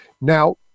Now